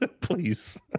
please